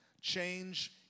Change